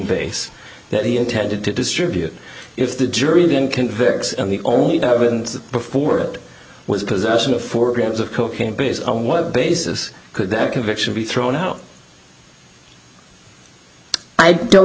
base that he intended to distribute if the jury and convicts and the only evidence before it was possession of four grams of cocaine based on what basis could that conviction be thrown out i don't